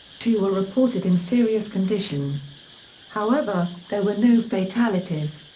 two were reported in serious condition however, there were no fatalities.